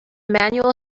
manual